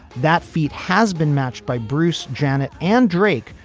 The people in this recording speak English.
that feat has been matched by bruce janet and drake.